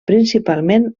principalment